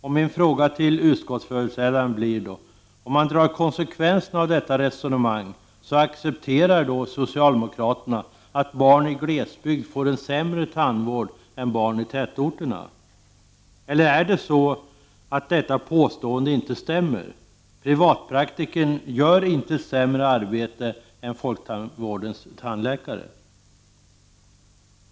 Jag vill då säga till utskottsföreträdaren: Konsekvenserna av detta resonemang blir att socialdemokraterna accepterar att barn i glesbygd får en sämre tandvård än barn i tätorterna. Eller är det så att detta påstående inte stämmer? Är det så att privatpraktikern inte gör ett sämre arbete än folktandvårdens tandläkare?